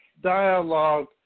dialogue